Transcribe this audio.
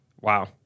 Wow